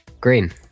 Green